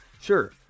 Sure